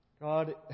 God